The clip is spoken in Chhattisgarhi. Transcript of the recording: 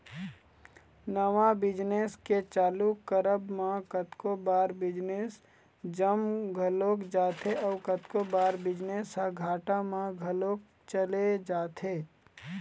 नवा बिजनेस के चालू करब म कतको बार बिजनेस जम घलोक जाथे अउ कतको बार बिजनेस ह घाटा म घलोक चले जाथे